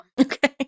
Okay